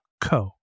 co